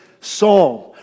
psalm